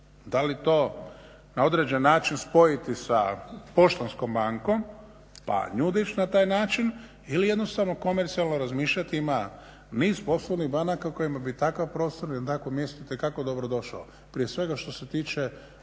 Da li to na određeni način spojiti sa Poštanskom bankom pa nju dići na taj način ili jednostavno komercijalno razmišljati, ima niz poslovnih banaka kojima bi takav prostor ili takvo mjesto itekako dobrodošao, prije svega što se tiče